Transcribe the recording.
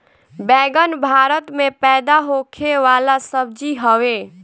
बैगन भारत में पैदा होखे वाला सब्जी हवे